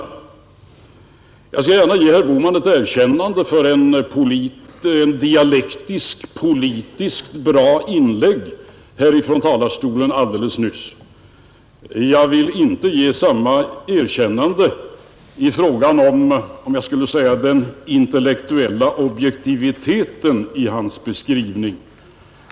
Jag skall gärna ge herr Bohman erkännande för ett dialektiskt politiskt bra inlägg från talarstolen alldeles nyss. Jag vill dock inte ge samma erkännande i fråga om den intellektuella objektiviteten i hans beskrivning.